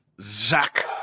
Zach